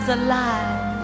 alive